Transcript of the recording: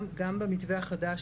גם במתווה חדש,